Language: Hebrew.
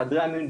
בחדרי המיון,